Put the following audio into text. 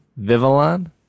Vivillon